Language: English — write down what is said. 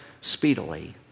speedily